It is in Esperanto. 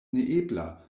neebla